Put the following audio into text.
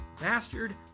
bastard